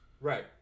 right